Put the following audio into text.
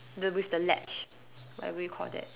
the with the latch whatever you call that